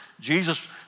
Jesus